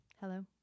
Hello